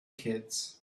kids